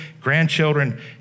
grandchildren